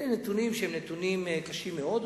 אלה נתונים קשים מאוד,